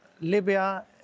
Libya